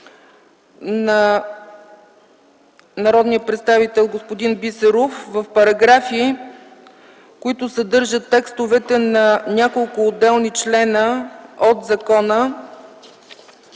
на народния представител господин Бисеров в параграфи, които съдържат текстовете на няколко отделни члена от